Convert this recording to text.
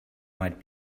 might